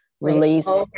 release